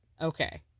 Okay